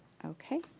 okay.